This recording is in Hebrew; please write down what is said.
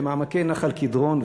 במעמקי נחל-קדרון,